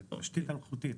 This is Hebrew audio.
זה תשתית אלחוטית,